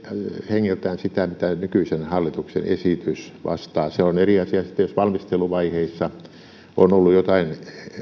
hengeltään sitä mitä nykyisen hallituksen esitys vastaa se on eri asia sitten jos valmisteluvaiheissa on ollut joitain